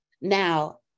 Now